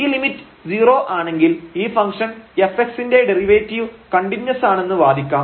ഈ ലിമിറ്റ് 0 ആണെങ്കിൽ ഈ ഫംഗ്ഷൻ fx ന്റെ ഡെറിവേറ്റീവ് കണ്ടിന്യൂസാണെന്ന് വാദിക്കാം